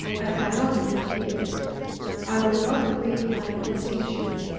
i cannot be healed i will not quit my condition,